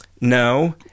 No